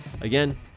again